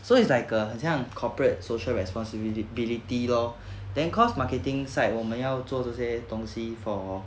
so it's like a 好像 corporate social responsibility lor then cause marketing side 我们要做这些东西 for